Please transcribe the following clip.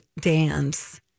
Dance